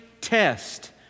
test